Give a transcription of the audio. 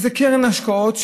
איזו קרן השקעות,